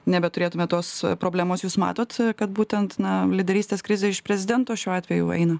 nebeturėtume tos problemos jūs matot kad būtent na lyderystės krizė iš prezidento šiuo atveju eina